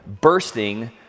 bursting